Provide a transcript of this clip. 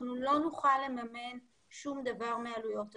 אנחנו לא נוכל לממן שום דבר מעלויות המרכז,